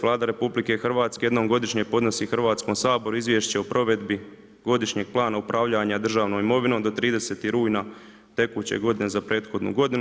Vlada RH jednom godišnje podnosi Hrvatskom saboru izvješće o provedbi godišnjeg plana upravljanja državnom imovinom do 30. rujna tekuće godine za prethodnu godinu.